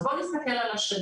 אז בואו נסתכל על השנה.